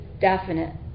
definite